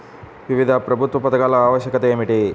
వివిధ ప్రభుత్వ పథకాల ఆవశ్యకత ఏమిటీ?